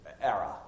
era